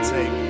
Take